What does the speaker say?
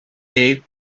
est